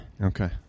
Okay